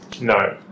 No